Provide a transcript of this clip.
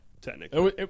technically